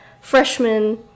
freshman